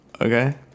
Okay